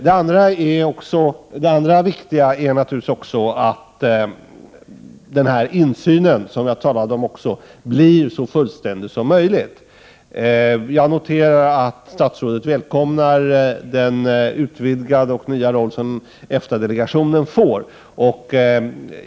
Det är naturligtvis också viktigt att den insyn jag tidigare talade om blir så fullständig som möjligt. Jag noterar att statsrådet välkomnar den nya och utvidgade roll som EFTA-delegationen får.